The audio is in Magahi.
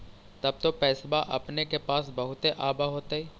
तब तो पैसबा अपने के पास बहुते आब होतय?